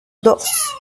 dos